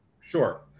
Sure